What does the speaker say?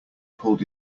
pulled